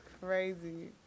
crazy